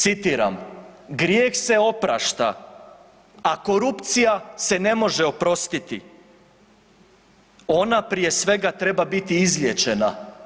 Citiram: „Grijeh se oprašta, a korupcija se ne može oprostiti.“ Ona prije svega treba biti izliječena.